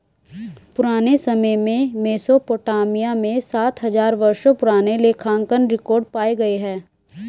पुराने समय में मेसोपोटामिया में सात हजार वर्षों पुराने लेखांकन रिकॉर्ड पाए गए हैं